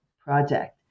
project